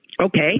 Okay